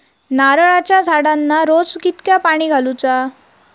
नारळाचा झाडांना रोज कितक्या पाणी घालुचा?